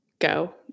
go